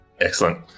Excellent